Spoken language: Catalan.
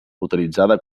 utilitzada